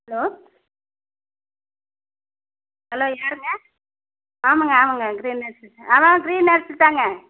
hello hello யாருங்க ஆமாம்ங்க ஆமாம்ங்க கிரீன் நர்ஸிங் ஆமாம் கிரீன் நர்ஸு தாங்க